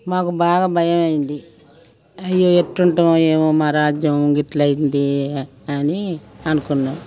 మాకు బాగా భయం అయ్యింది అయ్యో ఎట్లుంటామో ఏమో మా రాజ్యం గిట్లయింది అని అనుకున్నాం